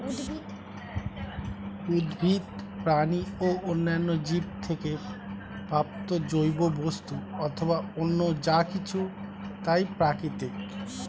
উদ্ভিদ, প্রাণী ও অন্যান্য জীব থেকে প্রাপ্ত জৈব বস্তু অথবা অন্য যা কিছু তাই প্রাকৃতিক